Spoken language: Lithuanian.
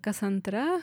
kas antra